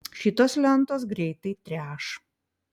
šitos lentos greitai treš